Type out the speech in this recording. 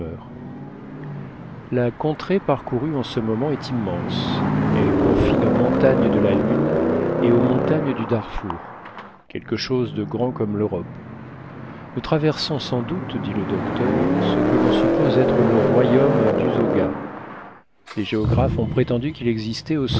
la contrée parcourue en ce moment est immense elle confiné aux montagnes de la lune et aux montagnes du darfour quelque chose de grand comme l'europe nous traversons sans doute dit le docteur ce que l'on suppose être le royaume d'usoga des géographes ont prétendu qu'il existait